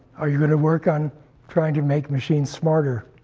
are you going to work on trying to make machines smarter?